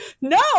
no